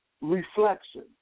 reflection